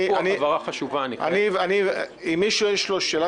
אני מבין שיש שוק